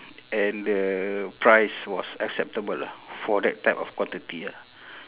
and the price was acceptable ah for that type of quantity ah